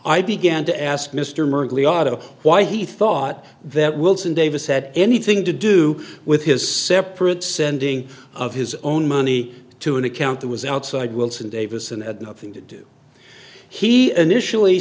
i began to ask mr merkley otto why he thought that wilson davis had anything to do with his separate sending of his own money to an account that was outside wilson davis and had nothing to do he initially